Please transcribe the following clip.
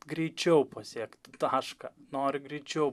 greičiau pasiekti tašką nori greičiau